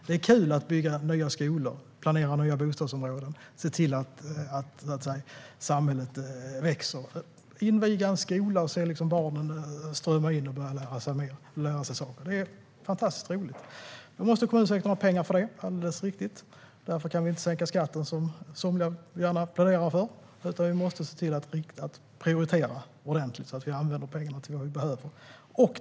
Det är kul att bygga nya skolor, planera nya bostadsområden och se till att samhället växer. Att inviga en skola och se barnen strömma in för att lära sig saker är fantastiskt roligt. Då måste kommunsektorn ha pengar för det; det är alldeles riktigt. Därför kan vi inte sänka skatten som somliga gärna pläderar för. Vi måste se till att prioritera ordentligt så att vi använder pengarna till det som behövs.